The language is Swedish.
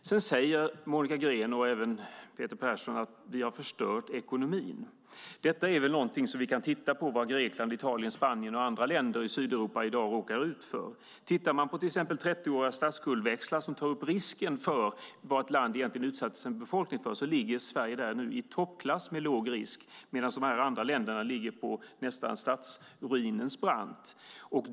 Sedan säger Monica Green och även Peter Persson att vi har förstört ekonomin. Vi kan väl se på vad Grekland, Italien, Spanien och andra länder i Sydeuropa råkar ut för i dag. Om man tittar på till exempel 30-åriga statsskuldväxlar, som tar upp risken för vad ett land egentligen utsätter sin befolkning för, ser man att Sverige ligger i toppklass med låg risk, medan de andra länderna nästan ligger på statsruinens brant.